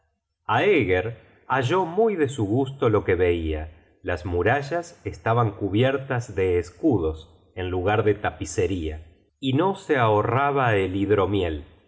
halló muy de su gusto lo que veia las murallas estaban cubiertas de escudos en lugar de tapicería y no se ahorraba el hidromiel